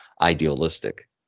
idealistic